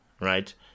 right